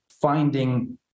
finding